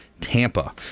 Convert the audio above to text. Tampa